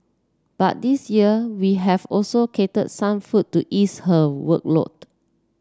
but this year we have also catered some food to ease her workload